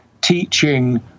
teaching